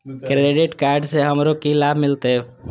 Credit card से हमरो की लाभ मिलते?